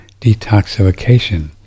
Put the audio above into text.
detoxification